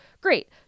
great